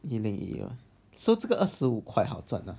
yes 一零一了 so 这个二十五块好赚 mah